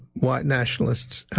white nationalists,